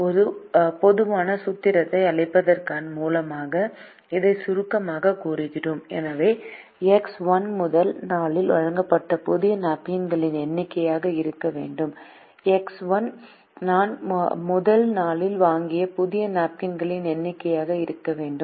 ஒரு பொதுவான சூத்திரத்தை அளிப்பதன் மூலமும் இதை சுருக்கமாகக் கூறுகிறோம் எனவே எக்ஸ் 1 முதல் நாளில் வாங்கப்பட்ட புதிய நாப்கின்களின் எண்ணிக்கையாக இருக்க வேண்டும் X1 நான் முதல் நாளில் வாங்கிய புதிய நாப்கின்களின் எண்ணிக்கையாக இருக்க வேண்டும்